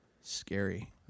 Scary